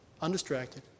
undistracted